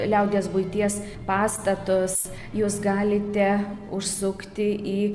liaudies buities pastatus jūs galite užsukti į